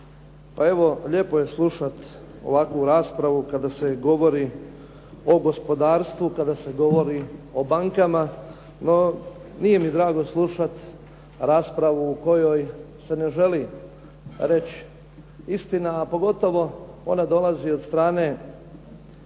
lijepo je slušati ovakvu raspravu kada se govori o gospodarstvu, kada se govori o bankama, no nije mi drago slušati raspravu u kojoj se ne želi reći istina a pogotovo ona dolazi od strane